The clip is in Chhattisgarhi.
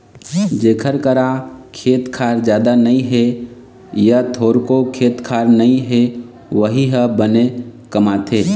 जेखर करा खेत खार जादा नइ हे य थोरको खेत खार नइ हे वोही ह बनी कमाथे